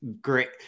great